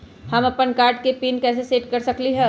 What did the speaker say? हम अपन कार्ड के पिन कैसे सेट कर सकली ह?